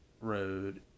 road